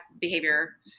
behavior